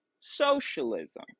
socialism